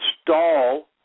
stall